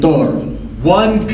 one